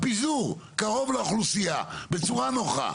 הפיזור קרוב לאוכלוסייה, בצורה נוחה.